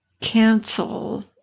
cancel